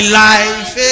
life